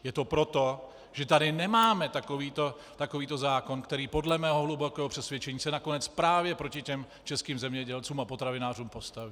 Je to proto, že tady nemáme takovýto zákon, který podle mého hlubokého přesvědčení se nakonec právě proti těm českým zemědělcům a potravinářům postaví.